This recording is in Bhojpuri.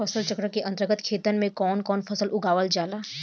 फसल चक्रण के अंतर्गत खेतन में कवन कवन फसल उगावल जाला?